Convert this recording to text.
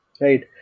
right